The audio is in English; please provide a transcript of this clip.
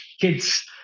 kids